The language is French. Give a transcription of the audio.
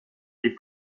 les